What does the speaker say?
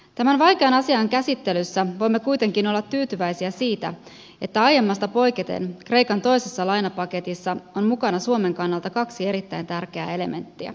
tämän vaikean asian käsittelyssä voimme kuitenkin olla tyytyväisiä siitä että aiemmasta poiketen kreikan toisessa lainapaketissa on mukana suomen kannalta kaksi erittäin tärkeää elementtiä